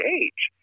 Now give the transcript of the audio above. age